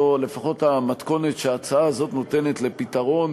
לפחות המתכונת שההצעה הזאת נותנת לפתרון